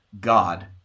God